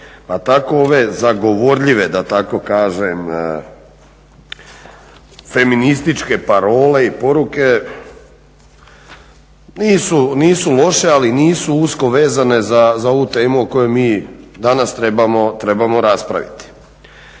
tako ove zagovorljive da tako kažem feminističke parole i poruke nisu loše, ali nisu usko vezane za ovu temu o kojoj mi danas trebamo raspraviti.